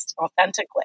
authentically